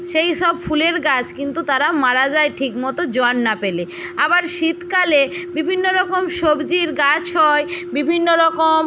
সেই সব ফুলের গাছ কিন্তু তারা মারা যায় ঠিক মতো জল না পেলে আবার শীতকালে বিভিন্ন রকম সবজির গাছ হয় বিভিন্ন রকম